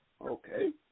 Okay